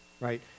right